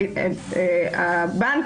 הבנק,